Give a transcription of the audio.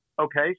okay